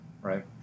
right